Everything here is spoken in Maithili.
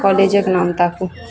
कॉलेजक नाम ताकू